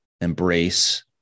embrace